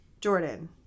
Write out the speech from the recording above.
Jordan